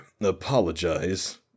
apologize